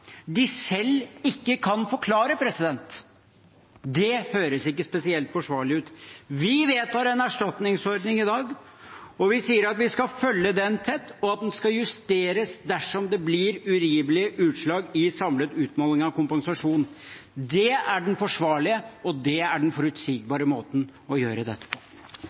de selv ikke kan forklare. Det høres ikke spesielt forsvarlig ut. Vi vedtar en erstatningsordning i dag, og vi sier at vi skal følge den tett, og at den skal justeres dersom det blir urimelige utslag i samlet utmåling av kompensasjon. Det er den forsvarlige og forutsigbare måten å gjøre dette på.